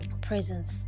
presence